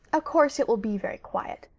of course it will be very quiet.